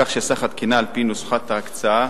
כך שסך התקינה על-פי נוסחת ההקצאה